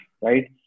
right